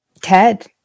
Ted